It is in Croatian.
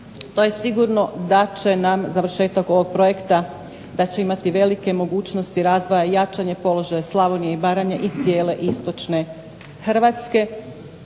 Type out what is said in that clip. To je sigurno da će nam završetak ovog projekta da će imati velike mogućnosti razvoja, jačanje položaja Slavonije i Baranje i cijele istočne Hrvatske.